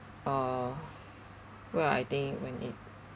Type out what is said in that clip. uh where I think when it